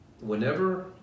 whenever